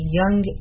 young